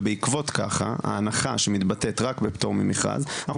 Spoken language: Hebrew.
ובעקבות כך ההנחה שמתבטאת רק בפטור ממכרז אנחנו